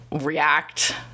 react